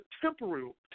temporal